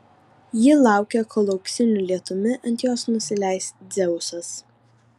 ji laukia kol auksiniu lietumi ant jos nusileis dzeusas